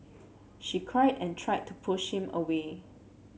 she cried and tried to push him away